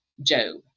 Job